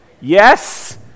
Yes